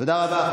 תודה רבה.